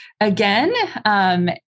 again